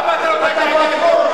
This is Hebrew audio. תאמר להם מה אתה עושה בשבילם.